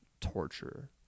torture